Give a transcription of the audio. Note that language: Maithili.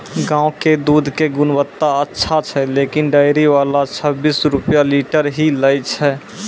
गांव के दूध के गुणवत्ता अच्छा छै लेकिन डेयरी वाला छब्बीस रुपिया लीटर ही लेय छै?